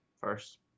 first